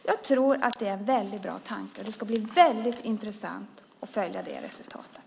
Jag tror att det är en väldigt bra tanke, och det ska bli väldigt intressant att följa det resultatet.